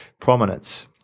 prominence